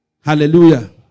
Hallelujah